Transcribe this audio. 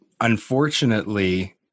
unfortunately